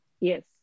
Yes